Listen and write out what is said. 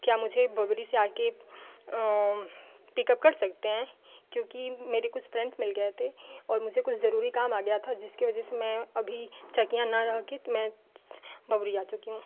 क्या मुझे बबरी से आकर पिकअप कर सकते हैं क्योंकि मेरे कुछ फ़्रेंड्स मिल गए थे और मुझे कुछ ज़रूरी काम आ गया था जिसकी वजह से मैं अभी चकियाँ ना रहकर मैं बबरी आ चुकी हूँ